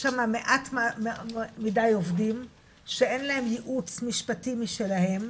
יש שמה מעט מידי עובדים שאין להם ייעוץ משפטי משלהם,